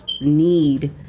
need